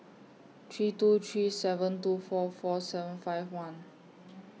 three two three seven two four four seven five one